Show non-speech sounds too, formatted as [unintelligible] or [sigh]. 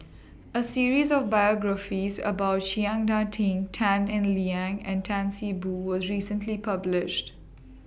A series of biographies about Chiang [unintelligible] Ding Tan Eng Liang and Tan See Boo was recently published